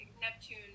Neptune